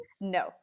No